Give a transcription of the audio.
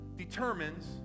determines